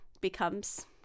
becomes